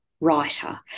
Writer